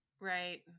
right